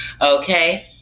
Okay